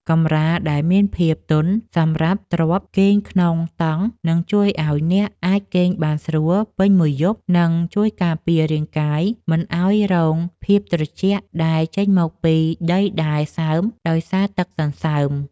កម្រាលដែលមានភាពទន់សម្រាប់ទ្រាប់គេងក្នុងតង់នឹងជួយឱ្យអ្នកអាចគេងបានស្រួលពេញមួយយប់ និង ជួយការពាររាងកាយមិនឱ្យរងភាពត្រជាក់ដែលចេញមកពីដីដែលសើមដោយសារទឹកសន្សើម។